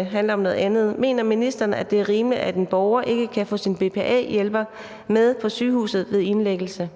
Karina Adsbøl (DF): Mener ministeren, at det er rimeligt, at en borger ikke kan få sin BPA-hjælper med på sygehuset ved indlæggelse?